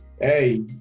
Hey